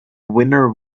winner